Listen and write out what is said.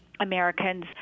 Americans